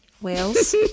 whales